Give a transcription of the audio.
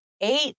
eight